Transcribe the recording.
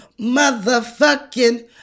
motherfucking